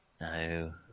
No